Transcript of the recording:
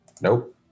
Nope